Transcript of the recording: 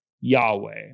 Yahweh